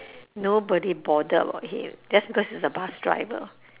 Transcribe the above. nobody bothered about him just because he's a bus driver